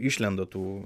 išlenda tų